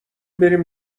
بریم